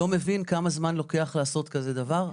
לא מבין כמה זמן לוקח לעשות כזה דבר.